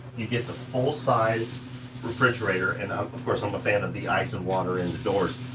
you get the full size refrigerator. and ah of course i'm a fan of the ice and water in the doors,